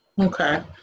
okay